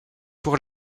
pour